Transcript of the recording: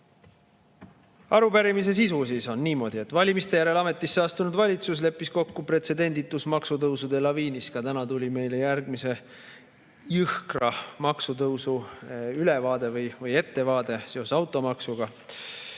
Arupärimise sisu on [järgmine]. Valimiste järel ametisse astunud valitsus leppis kokku pretsedenditus maksutõusude laviinis. Ka täna [tehti] meile järgmise jõhkra [maksu] ülevaade või ettevaade seoses automaksuga.